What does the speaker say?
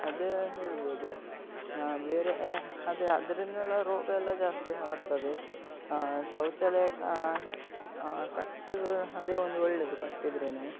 ಅದೇ ಹೇಳ್ಬೋದು ಬೇರೆ ಅದೇ ಅದರಿಂದೆಲ್ಲ ರೋಗವೆಲ್ಲ ಜಾಸ್ತಿ ಹರಡ್ತದೆ ಶೌಚಾಲಯ ಕಟ್ಟಿದ್ದರೆ ಅದೇ ಒಂದು ಒಳ್ಳೆಯದು ಕಟ್ಟಿದ್ರೇನೇ